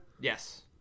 Yes